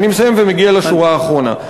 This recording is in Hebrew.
אני מסיים ומגיע לשורה האחרונה.